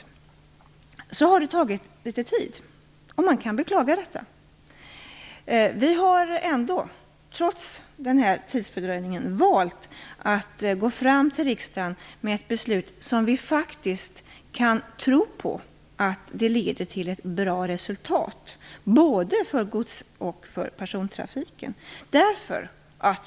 Det har därför tagit litet tid. Man kan beklaga detta. Vi har trots tidsfördröjningen valt att gå fram till riksdagen med ett beslut som vi faktiskt tror leder till bra resultat både för gods och för persontrafiken.